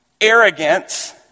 Arrogance